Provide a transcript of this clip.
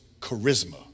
charisma